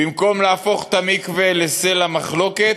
במקום להפוך את המקווה לסלע מחלוקת,